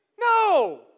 No